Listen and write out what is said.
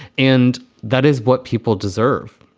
and that is what people deserve.